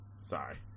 Sorry